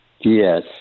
Yes